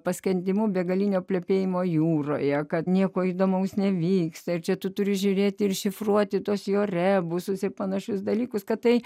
paskendimu begalinio plepėjimo jūroje kad nieko įdomaus nevyksta ir čia tu turi žiūrėti ir šifruoti tuos jo rebusus ir panašius dalykus kad tai